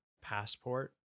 passport